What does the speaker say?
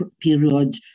period